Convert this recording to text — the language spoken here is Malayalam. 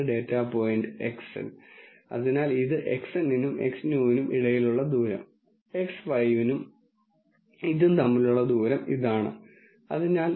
ഫംഗ്ഷൻ അപ്പ്രോക്സിമേഷൻ കേസിൽ നിങ്ങൾ ചെയ്യേണ്ടത് ഈ പോയിന്റുകൾക്ക് ചുറ്റും ക്ലസ്റ്ററായിരിക്കുന്ന ഒരു രേഖയോ ഹൈപ്പർ പ്ലെയിനോ കണ്ടെത്താനാണ് നിങ്ങൾ ആഗ്രഹിക്കുന്നത് ഇതൊരു ലീനിയർ പ്രോബ്ളമാണ് ഇതാണ് നമ്മൾ ഈ കോഴ്സിൽ ലീനിയർ റിഗ്രഷൻ ആയി കാണാൻ പോകുന്നത്